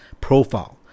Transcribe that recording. profile